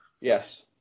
Yes